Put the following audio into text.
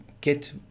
get